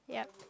yup